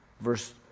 verse